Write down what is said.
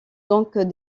donc